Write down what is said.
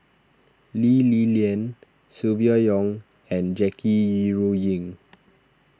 Lee Li Lian Silvia Yong and Jackie Yi Ru Ying